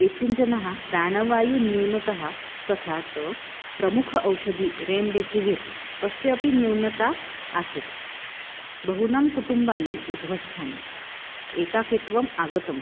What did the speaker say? केचन जनः प्राणवायुन्यूनतया तथा च प्रमुखस्य औषधेः रेम् डेसिविर् तस्यपि न्यूनता आसीत् बहूनां कुटुम्बाः उद्वस्थाः एकाकित्वम् आगतं